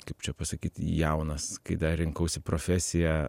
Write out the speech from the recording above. kaip čia pasakyti jaunas kai dar rinkausi profesiją